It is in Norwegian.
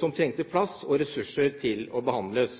som trengte plass og ressurser for å behandles.